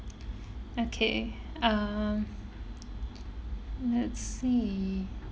okay um let's see